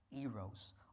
eros